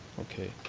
Okay